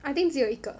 I think 只有一个